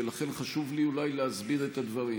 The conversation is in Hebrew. ולכן חשוב לי אולי להסביר את הדברים.